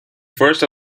first